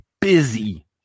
busy